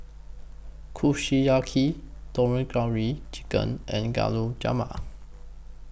Kushiyaki Tandoori Chicken and Gulab Jamun